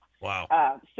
wow